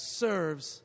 serves